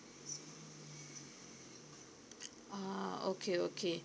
ah okay okay